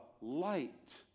light